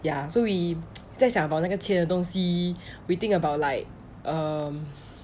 ya so we 在想到 about 那个钱的东西 we think about like err